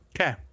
Okay